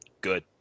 good